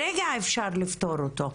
ברגע אפשר לפתור אותו.